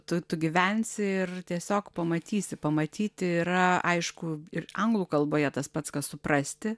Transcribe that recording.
tu tu gyvensi ir tiesiog pamatysi pamatyti yra aišku ir anglų kalboje tas pats kas suprasti